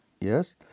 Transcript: Yes